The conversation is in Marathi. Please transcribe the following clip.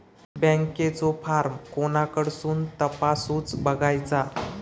बँकेचो फार्म कोणाकडसून तपासूच बगायचा?